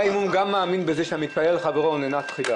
לכן צריך גם בתוך התוכנית הכללית לקבוע יעדים לפי רמות שונות.